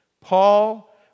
Paul